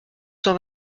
cent